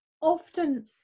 often